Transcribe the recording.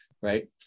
right